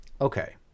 okay